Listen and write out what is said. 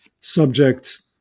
subject